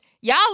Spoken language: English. y'all